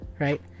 right